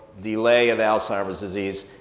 delay of alzheimer's disease.